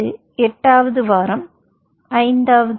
இது 8 வது வாரம் 5 வது